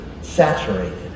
saturated